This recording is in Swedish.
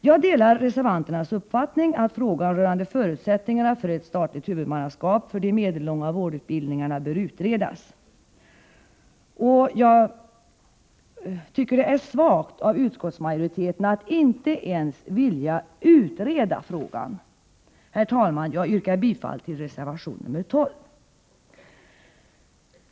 Jag delar reservanternas uppfattning att frågan rörande förutsättningarna för ett statligt huvudmannaskap för de medellånga vårdutbildningarna bör utredas, och jag tycker det är svagt av utskottsmajoriteten att inte ens vilja utreda frågan. Herr talman! Jag yrkar bifall till reservation nr 12.